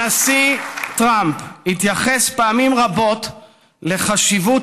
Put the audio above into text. הנשיא טראמפ התייחס פעמים רבות לחשיבות